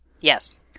Yes